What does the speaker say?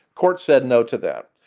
court said no to that.